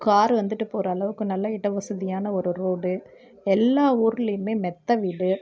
car வந்துட்டு போகிற அளவுக்கு நல்ல இட வசதியான ஒரு ரோடு எல்லா ஊர்லேயுமே மெத்த வீடு